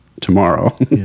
tomorrow